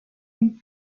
and